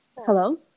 Hello